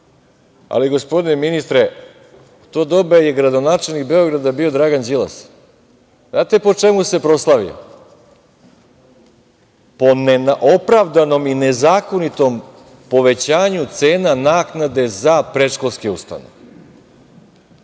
ali gospodine ministre, u to doba je gradonačelnik Beograda bio Dragan Đilas. Znate po čemu se proslavio? Po neopravdanom i nezakonitom povećanju cena naknade za predškolske ustanove.